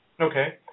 Okay